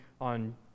on